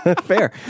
Fair